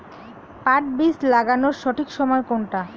পাট বীজ লাগানোর সঠিক সময় কোনটা?